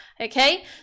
Okay